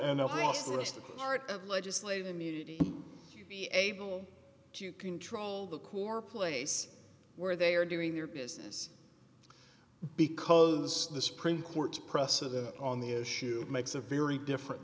part of legislative immunity to be able to control the quare place where they are doing their business because the supreme court's precedent on the issue makes a very different